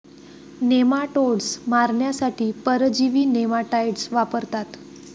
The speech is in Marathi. नेमाटोड्स मारण्यासाठी परजीवी नेमाटाइड्स वापरतात